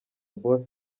boss